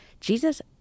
Jesus